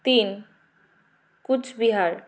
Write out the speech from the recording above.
তিন কুচবিহার